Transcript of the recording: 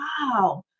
wow